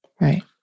right